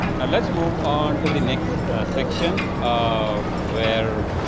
now let's move on to the next section of where,